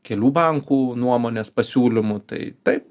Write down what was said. kelių bankų nuomonės pasiūlymų tai taip